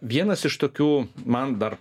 vienas iš tokių man dar